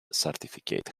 certificate